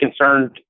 concerned